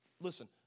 Listen